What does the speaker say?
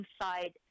inside